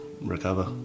recover